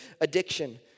addiction